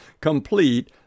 complete